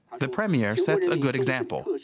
the premier sets a good example.